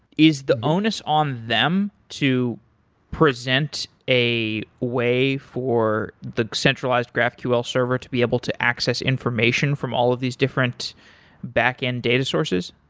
is the onus on them to present a way for the centralized graphql server to be able to access information from all of these different back-end data sources?